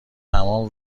تمام